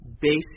basic